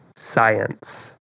science